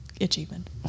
Achievement